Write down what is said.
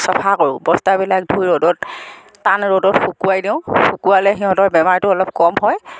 চফা কৰোঁ বস্তাবিলাক ধুই টান ৰ'দত শুকুৱাই দিওঁ শুকুৱালে সিহঁতৰ বেমাৰটো কম হয়